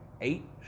eight